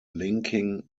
linking